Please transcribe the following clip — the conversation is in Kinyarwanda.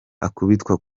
akubitwa